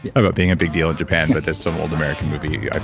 about being a big deal in japan, but there's some old american movie, i